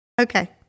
okay